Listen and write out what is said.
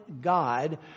God